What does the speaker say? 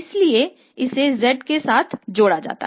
इसीलिए इसे z के साथ जोड़ा जाता है